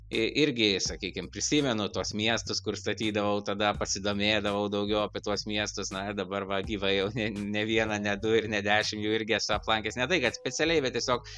i irgi sakykim prisimenu tuos miestus kur statydavau tada pasidomėdavau daugiau apie tuos miestus na dabar va gyvai jau ne ne vieną ne du ir ne dešim jų irgi esu aplankęs ne tai kad specialiai bet tiesiog